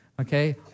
okay